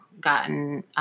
gotten